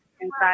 inside